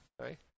Sorry